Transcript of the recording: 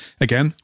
Again